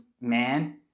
man